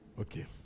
Okay